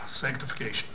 Sanctification